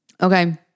Okay